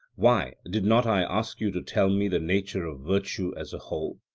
why, did not i ask you to tell me the nature of virtue as a whole?